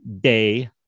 day